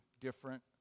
different